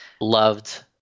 loved